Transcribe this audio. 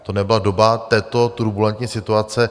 To nebyla doba této turbulentní situace.